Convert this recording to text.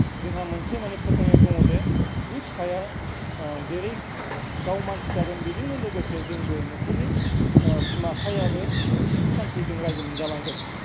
जोंहा मोनसे माने फोथायनाय दङ जे बे फिसाया जेरै गाव मानसि जागोन बेजोंनो लोगोसे जोंबो न'खरनि बिमा बिफायाबो सुख शान्तिजों रायजो मोनजालांगोन